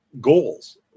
goals